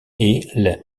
est